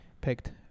picked